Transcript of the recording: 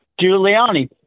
Giuliani